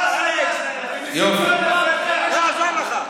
לא יעזור לך.